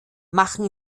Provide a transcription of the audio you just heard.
machen